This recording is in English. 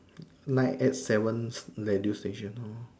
nine eight seven radio station loh